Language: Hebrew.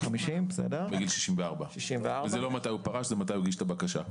זה לא מתי הוא פרש אלא מתי הוא הגיש את הבקשה.